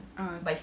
ah